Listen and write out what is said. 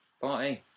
Bye